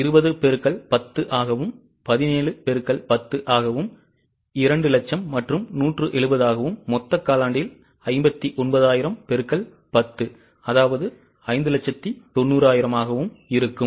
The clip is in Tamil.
20 X 10 ஆகவும் 17 X 10 ஆகவும் 200000 மற்றும் 170 ஆகவும் மொத்த காலாண்டில் 59000 X 10 590000 ஆகவும் இருக்கும்